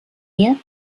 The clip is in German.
mehr